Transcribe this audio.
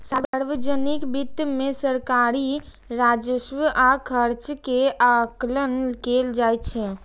सार्वजनिक वित्त मे सरकारी राजस्व आ खर्च के आकलन कैल जाइ छै